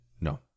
No